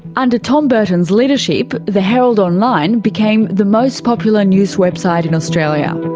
and tom burton's leadership, the herald online became the most popular news website in australia.